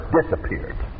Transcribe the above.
disappeared